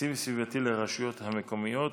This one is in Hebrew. תקציב סביבתי לרשויות המקומיות,